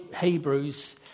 Hebrews